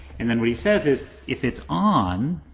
and then what he says is, if it's on